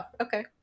okay